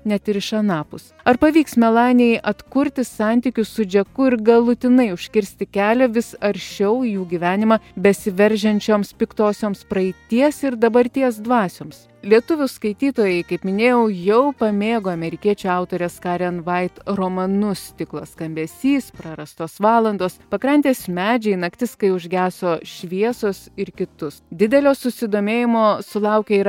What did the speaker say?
net ir iš anapus ar pavyks melanijai atkurti santykius su džeku ir galutinai užkirsti kelią vis aršiau jų gyvenimą besiveržiančioms piktosioms praeities ir dabarties dvasioms lietuvių skaitytojai kaip minėjau jau pamėgo amerikiečių autorės karen vait romanus stiklas skambesys prarastos valandos pakrantės medžiai naktis kai užgeso šviesos ir kitus didelio susidomėjimo sulaukė ir